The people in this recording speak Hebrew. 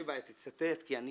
אין לי בעיה, תצטט, כי אני